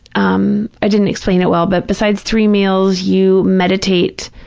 um i didn't explain it well, but besides three meals, you meditate.